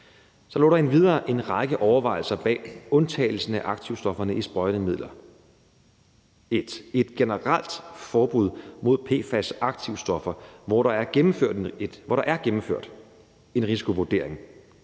så lå der endvidere en række overvejelser bag undtagelsen af aktivstofferne i sprøjtemidler. Punkt 1: Et generelt forbud mod PFAS-aktivstoffer, hvor der er gennemført en risikovurdering